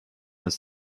ist